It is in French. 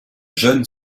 jeune